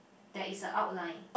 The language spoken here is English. there is a outline